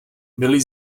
byly